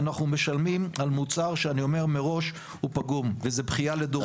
ואנחנו משלמים על מוצר שאני אומר מראש הוא פגום וזה בכייה לדורות.